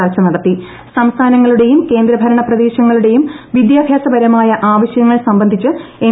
ചർച്ച സംസ്ഥാനങ്ങളുടെയും കേന്ദ്ര ഭരണപ്രദേശങ്ങളുടെയും വിദ്യാഭ്യാസപരമായ ആവശ്യങ്ങൾ സംബന്ധിച്ച് എം